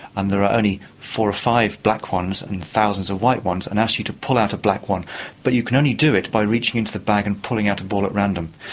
and there are only four or five black ones and thousands of white ones, and i ask you to pull out a black one but you can only do it by reaching into the bag and pulling out a ball at random.